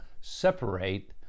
separate